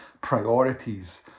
priorities